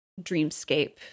dreamscape